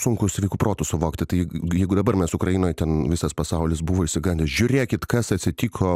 sunku sveiku protu suvokti tai jeigu dabar mes ukrainoj ten visas pasaulis buvo išsigandęs žiūrėkit kas atsitiko